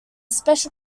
special